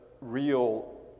real